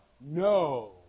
no